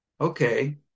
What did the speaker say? okay